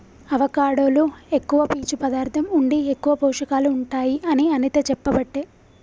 avocado లో ఎక్కువ పీచు పదార్ధం ఉండి ఎక్కువ పోషకాలు ఉంటాయి అని అనిత చెప్పబట్టే